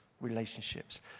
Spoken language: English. relationships